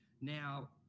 Now